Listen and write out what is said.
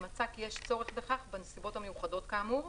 מצא כי יש צורך בכך בנסיבות המיוחדות כאמור,